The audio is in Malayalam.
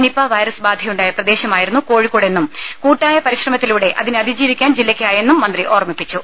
നിപ വൈറസ് ബാധയുണ്ടായ പ്രദേശമായിരുന്നു കോഴിക്കോട് എന്നും കൂട്ടായ പരിശ്രമത്തിലൂടെ അതിനെ അതിജീവിക്കാൻ ജില്ലയ്ക്കായെന്നും മന്ത്രി ഓർമ്മിപ്പിച്ചു